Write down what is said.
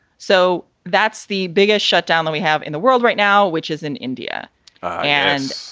so that's the biggest shut down that we have in the world right now, which is in india and.